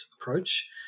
approach